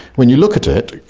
when you look at it,